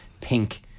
pink